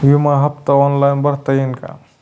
विमा हफ्ता ऑनलाईन भरता येईल का?